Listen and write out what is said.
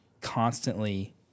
constantly